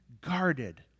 guarded